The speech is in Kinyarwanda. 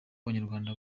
abanyarwanda